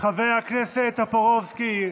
חבר הכנסת טופורובסקי,